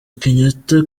kenyatta